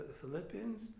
Philippians